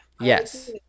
Yes